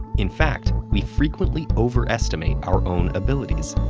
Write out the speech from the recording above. in fact, we frequently overestimate our own abilities.